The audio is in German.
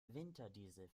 winterdiesel